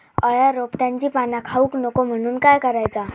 अळ्या रोपट्यांची पाना खाऊक नको म्हणून काय करायचा?